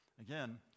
Again